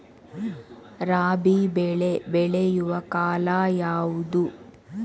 ರಾಬಿ ಬೆಳೆ ಬೆಳೆಯುವ ಕಾಲ ಯಾವುದು?